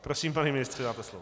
Prosím, pane ministře, máte slovo.